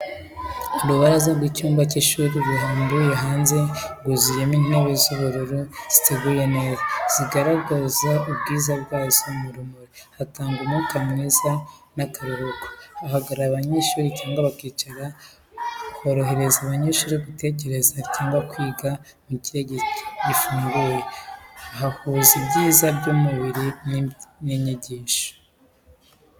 Urubaraza rw'icyumba cy’ishuri rurambuye hanze, rwuzuyemo intebe z’ubururu ziteguye neza, zigaragaza ubwiza bwazo mu rumuri. Hatanga umwuka mwiza n’akaruhuko, hahagarara abanyeshuri cyangwa bakicara, horohereza abanyeshuri gutekereza, cyangwa kwiga mu kirere gifunguye. Hahuza ibyiza by'urumuri n’inyigisho.